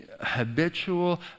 habitual